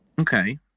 okay